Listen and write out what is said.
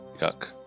Yuck